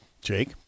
jake